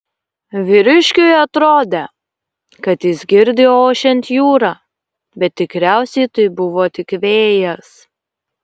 vyriškiui atrodė kad jis girdi ošiant jūrą bet tikriausiai tai buvo tik vėjas